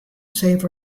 save